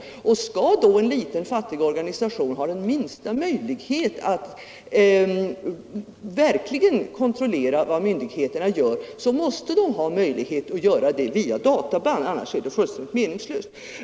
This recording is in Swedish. Skall då en liten, fattig organisation ha den minsta möjlighet att verkligen kontrollera vad myndigheterna gör, måste den ha möjlighet att göra det via databand, annars är det fullständigt meningslöst.